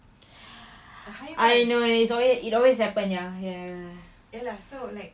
I know it's always it always happen ya ya ya